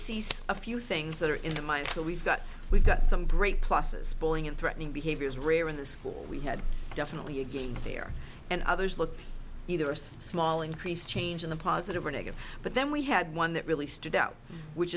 see a few things that are in the mind so we've got we've got some great pluses pulling in threatening behaviors rare in the school we had definitely again there and others look either a small increase change in the positive or negative but then we had one that really stood out which